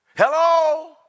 Hello